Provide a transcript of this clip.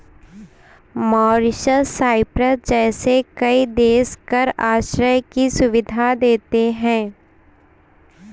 Mauritius, Cyprus जैसे कई देश कर आश्रय की सुविधा देते हैं